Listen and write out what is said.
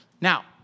Now